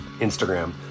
Instagram